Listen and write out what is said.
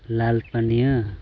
ᱞᱟᱞᱯᱟᱹᱱᱤᱭᱟᱹ